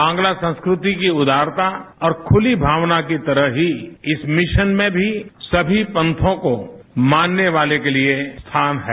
बांग्ला संस्कृति की उदारता ओर खुली भावना की तरह ही इस मिशन में भी सभी पंथों को मानने वाले के लिए स्थान है